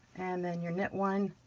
and then your knit one,